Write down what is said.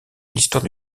l’histoire